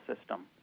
system